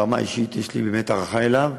ברמה האישית, יש לי באמת הערכה אליו.